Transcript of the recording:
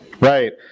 right